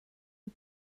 mal